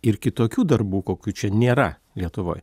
ir kitokių darbų kokių čia nėra lietuvoj